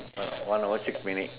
oh one hour six minute